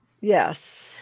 Yes